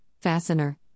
Fastener